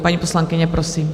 Paní poslankyně, prosím.